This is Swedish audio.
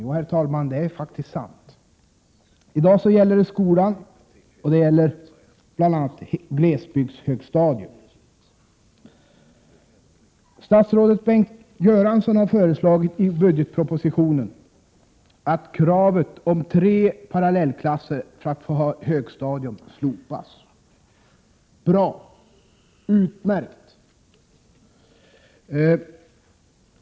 Jo, herr talman, det är faktiskt sant. I dag gäller det skolan och bl.a. glesbygdshögstadiet. Statsrådet Bengt Göransson har föreslagit i budgetpropositionen att kravet på tre parallellklasser för att få inrätta högstadium skall slopas. Bra, utmärkt!